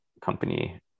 company